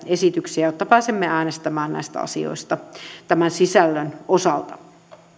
esityksiä jotta pääsemme äänestämään näistä asioista tämän sisällön osalta